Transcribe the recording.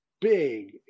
big